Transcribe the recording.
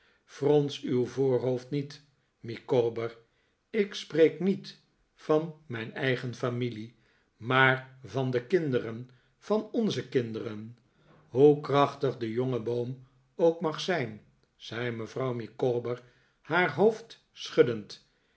frons uw voorhoofd niet micawber ik spreek niet van mijn eigen familie maar van de kinderen van onze kinderen hoe krachtig de jonge boom ook mag zijn zei mevrouw micawber haar hoofd schuddend